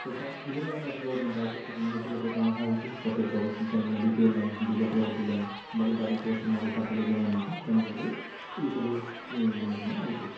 ତୋ ସାର୍ ଇନ୍ଦିରା ଆବାସ୍ ଗୃହ ଯେଣ୍ଟା ଅଛି ସେଇଟା ନେଇକି ଦୁଇ ଲକ୍ଷ ଟଙ୍କା ଲେଖାଁ ଆଉଛେ ପ୍ରତ୍ୟେକ୍ ଘରେ ଯେନ୍ ମାନେ B P L line below poverty line ବୋଲେ ଦାରିଦ୍ର୍ୟ ସୀମାରେଖା ତଲେ ଜେନ୍ ମାନେ ଅଛନ୍ ସେମାନଙ୍କର୍ ଲାଗି ଏ ସବୁ ଇ ଜିନିଷମାନେ ଆଉଛି